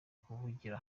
kuvugira